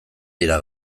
dira